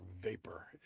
Vapor